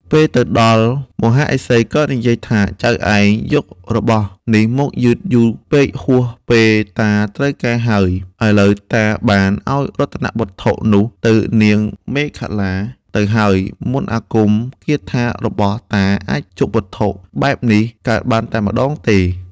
ពេលទៅដល់មហាឫសីក៏និយាយថា ចៅឯងយករបស់នេះមកយឺតយូរពេកហួសពេលតាត្រូវការហើយ ឥឡូវតាបានឱ្យរតនវត្ថុនោះទៅនាងមេខលាទៅហើយ មន្តអាគមគាថារបស់តាអាចជប់វត្ថុបែបនេះកើតបានតែម្ដងទេ។